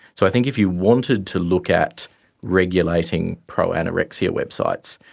so i think if you wanted to look at regulating pro-anorexia websites,